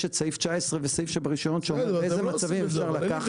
יש את סעיף 19 וסעיף ברישיונות שאומר באיזה מצבים אפשר לקחת.